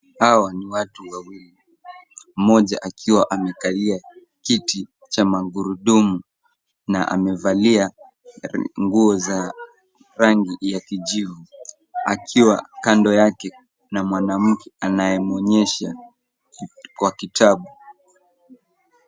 Hawa ni watu wawili, mmoja akiwa amekalia kiti cha magurudumu na amevalia nguo za rangi ya kijivu akiwa kando yake na mwanamke anayemwonyesha kwa kitabu.